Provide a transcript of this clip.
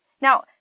Now